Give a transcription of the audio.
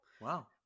Wow